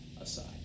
aside